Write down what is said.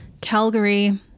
Calgary